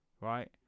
right